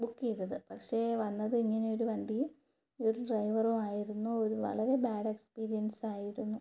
book ചെയ്തത് പക്ഷേ വന്നത് ഇങ്ങനെയൊരു വണ്ടിയും ഒരു ഡ്രൈവറും ആയിരുന്നു ഒരു വളരെ ബാഡ് എക്സ്പീരിയൻസായിരുന്നു